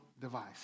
device